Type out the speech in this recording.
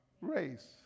race